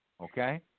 Okay